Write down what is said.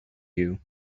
you